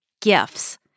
gifts